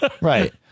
right